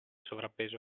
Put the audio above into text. sovrappeso